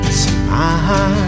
smile